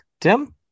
Tim